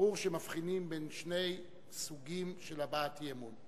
ברור שמבחינים בין שני סוגים של הבעת אי-אמון.